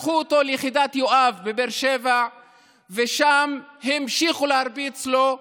לקחו אותו ליחידת יואב בבאר שבע ושם המשיכו להרביץ לו.